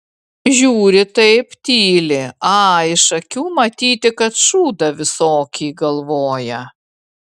žiūri taip tyli a iš akių matyti kad šūdą visokį galvoja